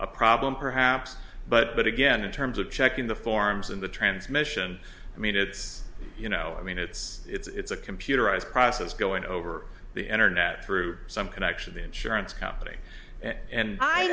a problem perhaps but but again in terms of checking the forms and the transmission i mean it's you know i mean it's it's a computerized process going over the internet through some connection the insurance company and i